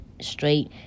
Straight